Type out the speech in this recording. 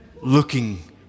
Looking